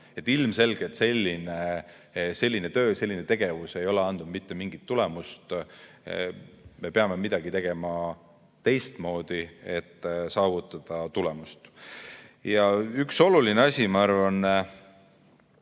Ilmselgelt selline töö, selline tegevus ei ole andnud mitte mingit tulemust. Me peame midagi tegema teistmoodi, et saavutada tulemust. Üks oluline asi, ma arvan,